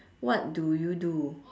what do you do